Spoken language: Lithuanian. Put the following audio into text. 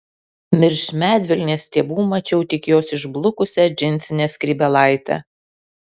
virš medvilnės stiebų mačiau tik jos išblukusią džinsinę skrybėlaitę